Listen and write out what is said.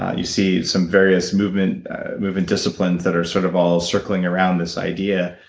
um you see some various movement movement disciplines that are sort of all circling around this idea,